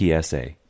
psa